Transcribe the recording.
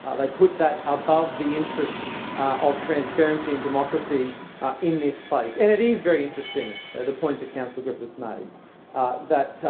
they put that above the interests of transparency and democracy in this place. and it is very interesting and the point that councillor griffiths made that